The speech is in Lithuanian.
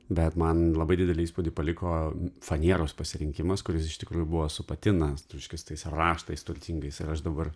bet man labai didelį įspūdį paliko faneros pasirinkimas kuris iš tikrųjų buvo su patina reiškia tais raštais turtingais ir aš dabar